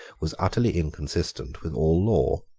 was utterly inconsistent with all law.